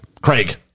Craig